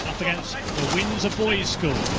windsor boys' school.